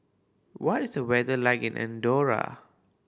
what is the weather like in Andorra